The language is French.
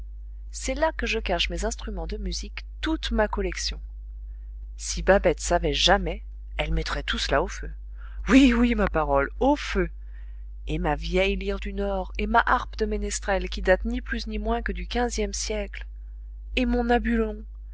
c'est là que je cache mes instruments de musique toute ma collection si babette savait jamais elle mettrait tout cela au feu oui oui ma parole au feu et ma vieille lyre du nord et ma harpe de ménestrel qui date ni plus ni moins que du xve siècle et mon nabulon